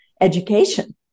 education